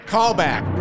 Callback